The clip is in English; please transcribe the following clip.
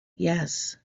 yes